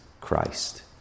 Christ